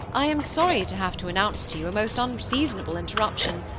i am sorry to have to announce to you a most unseasonable interruption.